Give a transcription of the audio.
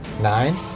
nine